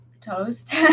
toast